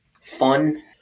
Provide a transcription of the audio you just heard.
fun